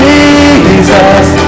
Jesus